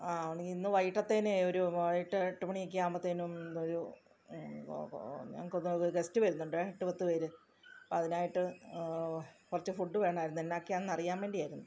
ആ ഇന്നു വൈകീട്ടത്തേനേ ഒരു എട്ടു എട്ടു മണിയൊക്കെ ആകുമ്പോഴത്തേനും ഒരു ഒ ഓ ഞങ്ങൾക്കൊരു ഗസ്റ്റ് വരുന്നുണ്ട് എട്ടു പത്തു പേര് അതിനായിട്ടു കുറച്ചു ഫുഡ് വേണമായിരുന്നേ എന്നാക്യാന്ന് അറിയാന് വേണ്ടിയായിരുന്നു